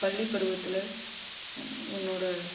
பள்ளிப் பருவத்தில் என்னோடய